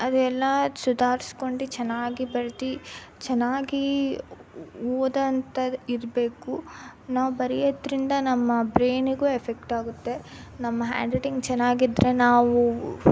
ಅದೆಲ್ಲ ಸುಧಾರಿಸ್ಕೊಂಡು ಚೆನ್ನಾಗಿ ಬರೆದು ಚೆನ್ನಾಗಿ ಓದೋ ಅಂಥದ್ದು ಇರಬೇಕು ನಾವು ಬರೆಯೋದ್ರಿಂದ ನಮ್ಮ ಬ್ರೈನಿಗೂ ಎಫೆಕ್ಟ್ ಆಗುತ್ತೆ ನಮ್ಮ ಹ್ಯಾಂಡ್ ರೈಟಿಂಗ್ ಚೆನ್ನಾಗಿದ್ರೆ ನಾವು